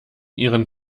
ihren